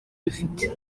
dufite